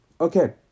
Okay